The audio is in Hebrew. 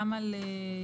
גם על המעבדות.